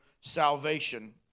salvation